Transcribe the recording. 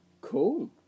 Cool